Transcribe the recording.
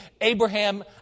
Abraham